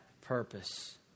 purpose